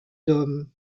dôme